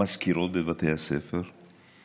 המזכירות בבתי הספר,